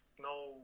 no